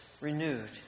renewed